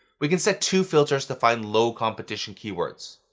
we can set two filters to find low competition keywords.